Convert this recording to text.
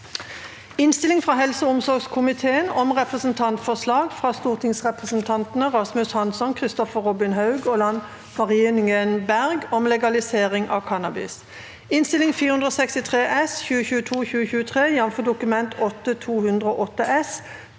Innstilling fra helse- og omsorgskomiteen om Representantforslag fra stortingsrepresentantene Rasmus Hansson, Kristoffer Robin Haug og Lan Marie Nguyen Berg om legalisering av cannabis (Innst. 463 S (2022– 2023), jf. Dokument 8:208